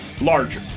larger